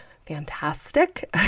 fantastic